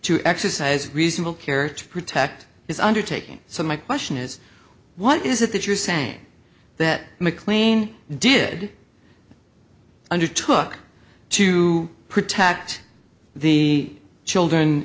to exercise reasonable care to protect his undertaking so my question is what is it that you're saying that mclean did undertook to protect the children